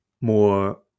more